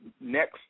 next